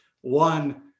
one